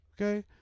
okay